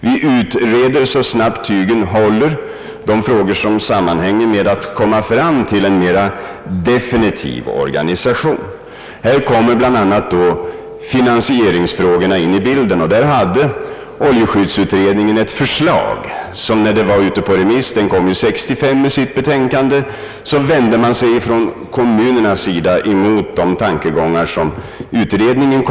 Vi utreder så fort tygen håller de frågor som sammanhänger med att nå fram till en mera definitiv organisation. Här kommer bland annat finansieringsfrågorna in i bilden. Oljeskyddsutredningen framlade sitt betänkande år 1965, men kommunerna vände sig emot tankegångarna i det.